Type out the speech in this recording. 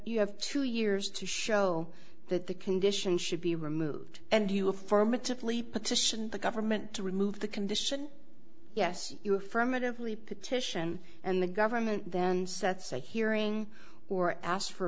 you have two years to show that the condition should be removed and you affirmatively petition the government to remove the condition yes you affirmatively petition and the government then sets a hearing or asked for